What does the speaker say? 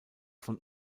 von